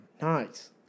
nice